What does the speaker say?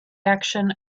action